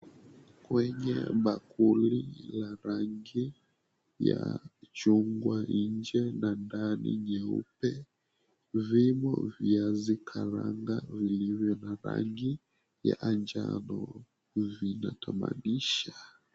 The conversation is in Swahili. Kwenye bakuli ya rangi ya chungwa nje na ndani nyeupe, vimo viazi karanga vilivyo na rangi ya anjano. Vinatamanisha.